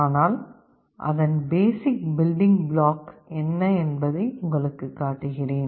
ஆனால் அதன் basic building block என்ன என்பதை உங்களுக்குக் காட்டுகிறேன்